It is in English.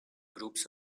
groups